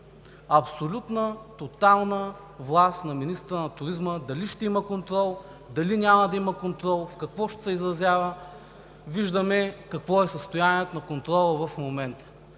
абсолютна, тотална власт на министъра на туризма дали ще има контрол, дали няма да има контрол, в какво ще се изразява. Виждаме какво е състоянието на контрола в момента!